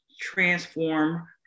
transform